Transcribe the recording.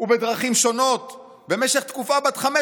ובדרכים שונות" במשך התקופה בת חמש